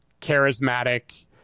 charismatic